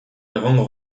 egongo